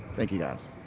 thank you guys.